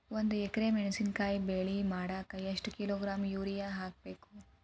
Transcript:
ಒಂದ್ ಎಕರೆ ಮೆಣಸಿನಕಾಯಿ ಬೆಳಿ ಮಾಡಾಕ ಎಷ್ಟ ಕಿಲೋಗ್ರಾಂ ಯೂರಿಯಾ ಹಾಕ್ಬೇಕು?